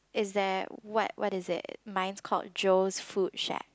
is there what what is it mine's called Joe's food shack